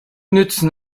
nützen